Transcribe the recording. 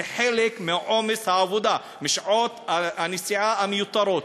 זה חלק מעומס העבודה, משעות הנסיעה המיותרות,